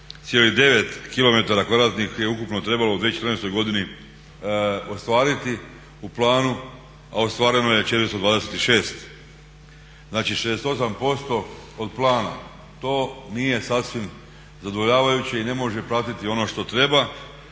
ili je trebalo 625,9 km2 je ukupno trebalo u 2014. godini ostvariti u planu, a ostvareno je 426. Znači, 68% od plana. To nije sasvim zadovoljavajuće i ne može pratiti ono što treba.